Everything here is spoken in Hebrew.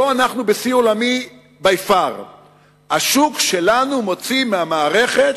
פה אנחנו בשיא עולמי, השוק שלנו מוציא מתוך המערכת